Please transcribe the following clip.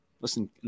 listen